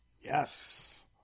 yes